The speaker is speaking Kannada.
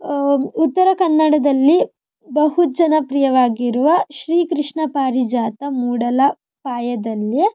ಉತ್ತರ ಕನ್ನಡದಲ್ಲಿ ಬಹು ಜನಪ್ರಿಯವಾಗಿರುವ ಶ್ರೀಕೃಷ್ಣ ಪಾರಿಜಾತ ಮೂಡಲ ಪಾಯದಲ್ಲಿ